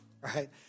right